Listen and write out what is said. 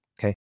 Okay